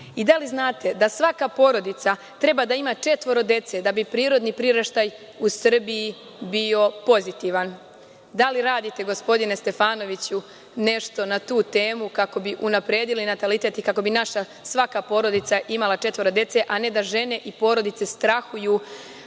li znate da svaka porodica treba da ima četvoro dece da bi prirodni priraštaj u Srbiji bio pozitivan? Da li radite, gospodine Stefanoviću, nešto na tu temu kako bismo unapredili natalitet i kako bi svaka naša porodica imala četvoro dece, a ne da žene i porodice strahuju